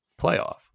playoff